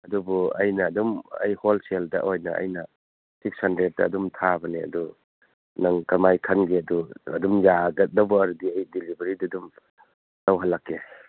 ꯑꯗꯨꯕꯨ ꯑꯩꯅ ꯑꯗꯨꯝ ꯑꯩ ꯍꯣꯜ ꯁꯦꯜꯗ ꯑꯣꯏꯅ ꯑꯩꯅ ꯁꯤꯛꯁ ꯍꯟꯗ꯭ꯔꯦꯗꯇ ꯑꯗꯨꯃ ꯊꯥꯕꯅꯦ ꯑꯗꯨ ꯅꯪ ꯀꯃꯥꯏ ꯈꯟꯒꯦ ꯑꯗꯨ ꯑꯗꯨꯝ ꯌꯥꯒꯗꯧꯕ ꯑꯣꯏꯔꯗꯤ ꯑꯩ ꯗꯤꯂꯤꯕꯔꯤꯗꯨ ꯑꯗꯨꯝ ꯇꯧꯍꯜꯂꯛꯀꯦ